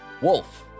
Wolf